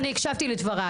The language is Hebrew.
אני אתן לך תשובה.